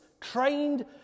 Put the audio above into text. trained